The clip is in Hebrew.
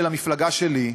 של המפלגה שלי,